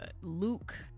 luke